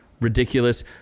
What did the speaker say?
ridiculous